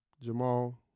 Jamal